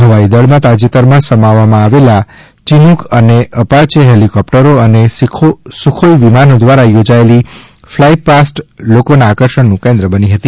ફવાઇદળમાં તાજેતરમાં સમાવવામાં આવેલા ચીનુક ને પાચે હેલીકોપ્ટરો ને સુખોઇ વિમાનો દ્વારા યોજાયલી ફલાઇ પાસ્ટ લોકોના આકર્ષણનુ કેન્દ્ર બની હતી